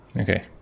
Okay